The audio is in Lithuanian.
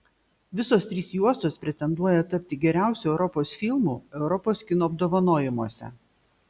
visos trys juostos pretenduoja tapti geriausiu europos filmu europos kino apdovanojimuose